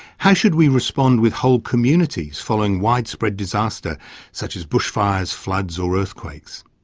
how should we respond with whole communities following widespread disaster such as bushfires, floods or earthquakes?